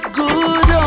good